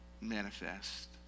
manifest